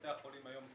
בתי החולים היום,